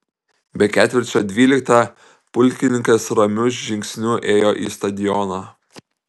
be ketvirčio dvyliktą pulkininkas ramiu žingsniu ėjo į stadioną